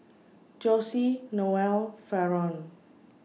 Jossie Noel Faron